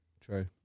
True